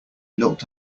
looked